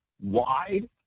wide